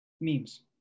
Memes